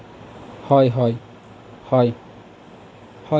হয় হয় হয়